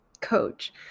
coach